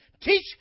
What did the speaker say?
Teach